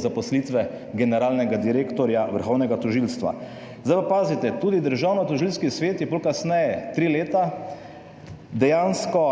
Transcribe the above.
zaposlitve generalnega direktorja Vrhovnega tožilstva. Zdaj pa pazite, tudi Državnotožilski svet je potem kasneje, tri leta, dejansko